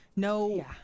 No